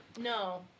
No